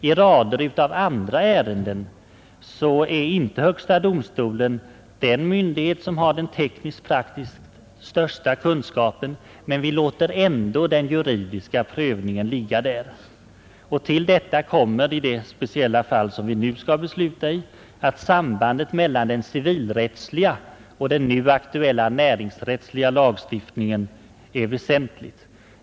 I rader av andra ärenden kan väl inte högsta domstolen anses vara den myndighet som har den tekniskt-praktiskt största kunskapen, men vi låter ändå den juridiska prövningen ligga där. Till detta kommer, i det speciella fall som vi nu skall besluta i, att sambandet mellan den civilrättsliga lagstiftningen och den nu föreslagna näringsrättsliga lagstiftningen är väsentligt.